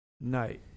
night